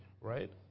Right